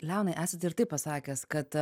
leonai esat ir taip pasakęs kad